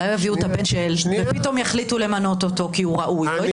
אולי יביאו את הבן של ופתאום יחליטו למנות אותו כי הוא ראוי.